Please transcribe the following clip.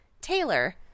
Taylor